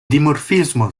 dimorfismo